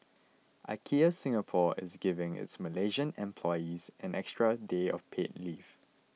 IKEA Singapore is giving its Malaysian employees an extra day of paid leave